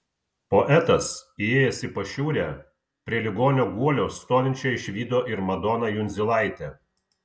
poetas įėjęs į pašiūrę prie ligonio guolio stovinčią išvydo ir madoną jundzilaitę